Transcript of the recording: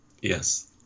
Yes